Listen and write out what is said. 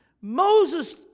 Moses